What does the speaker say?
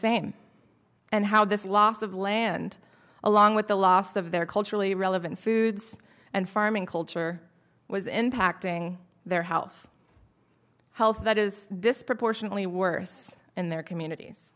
same and how this loss of land along with the loss of their culturally relevant foods and farming culture was impacting their health health that is disproportionately worse in their communities